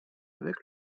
avec